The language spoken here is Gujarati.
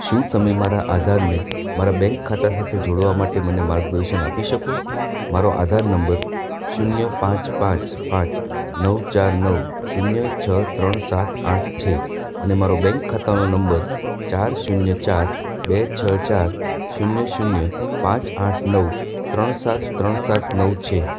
શું તમે મારા આધારને મારા બેંક ખાતા સાથે જોડવા માટે મને માર્ગદર્શન આપી શકો મારો આધાર નંબર શૂન્ય પાંચ પાંચ પાંચ નવ ચાર નવ શૂન્ય છ ત્રણ સાત આઠ છે અને મારો બેંક ખાતાનો નંબર ચાર શૂન્ય ચાર બે છ ચાર શૂન્ય શૂન્ય પાંચ આઠ નવ ત્રણ સાત ત્રણ સાત નવ છે